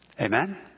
Amen